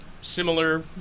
similar